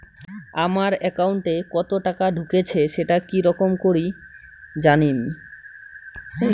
আমার একাউন্টে কতো টাকা ঢুকেছে সেটা কি রকম করি জানিম?